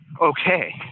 okay